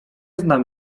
znam